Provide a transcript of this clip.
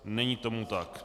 Není tomu tak.